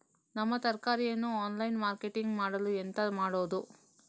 ನಮ್ಮ ತರಕಾರಿಯನ್ನು online marketing ಮಾಡಲು ಎಂತ ಮಾಡುದು?